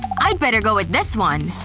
i'd better go with this one.